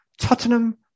Tottenham